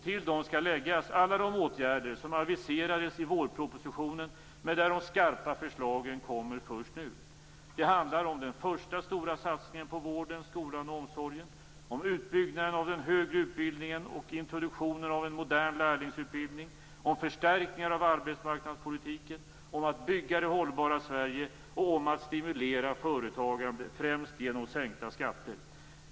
Till dem skall läggas alla de åtgärder som aviserades i vårpropositionen, men där de skarpa förslagen kommer först ut. Det handlar om den första stora satsningen på vården, skolan och omsorgen, om utbyggnad av den högre utbildningen och introduktion av en modern lärlingsutbildning, om förstärkningar av arbetsmarknadspolitiken, om att bygga det hållbara Sverige och om att stimulera företagande, främst genom sänkta skatter.